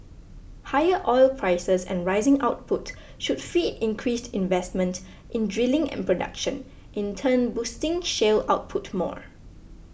higher oil prices and rising output should feed increased investment in drilling and production in turn boosting shale output more